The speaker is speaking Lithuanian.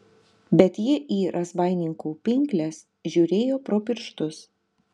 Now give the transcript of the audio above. bet ji į razbaininkų pinkles žiūrėjo pro pirštus